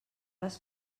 les